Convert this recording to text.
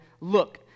Look